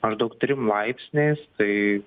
maždaug trim laipsniais tai